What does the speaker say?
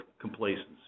complacency